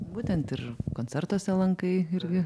būtent ir koncertuose lankai irgi